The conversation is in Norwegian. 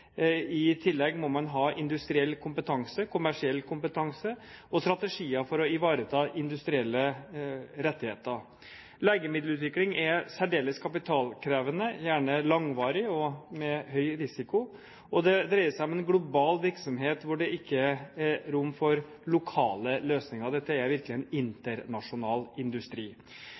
I tillegg må man ha industriell kompetanse, kommersiell kompetanse og strategier for å ivareta industrielle rettigheter. Legemiddelutvikling er særdeles kapitalkrevende, gjerne langvarig, og med høy risiko. Det dreier seg om en global virksomhet, hvor det ikke er rom for lokale løsninger. Dette er virkelig en internasjonal industri,